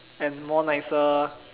and more nicer